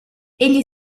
egli